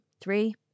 three